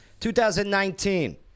2019